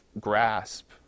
grasp